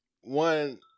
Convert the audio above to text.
one